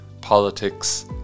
politics